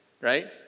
right